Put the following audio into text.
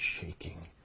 shaking